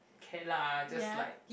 okay lah just like